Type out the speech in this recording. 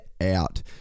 out